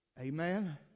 Amen